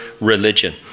religion